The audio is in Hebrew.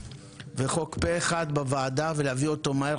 וחוק פה אחד בוועדה ולהביא אותו מהר,